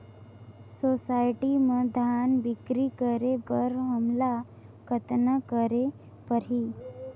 Society म धान बिक्री करे बर हमला कतना करे परही?